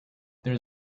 there